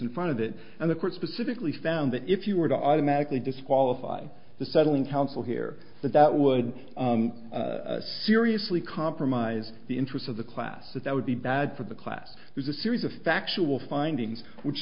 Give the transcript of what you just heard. in front of it and the court specifically found that if you were to automatically disqualify the settling counsel here that that would seriously compromise the interests of the class that that would be bad for the class was a series of factual findings which